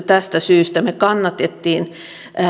tästä syystä me kannatimme ensimmäisessä käsittelyssä